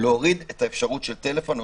להוריד את האפשרות של טלפון.